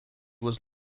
was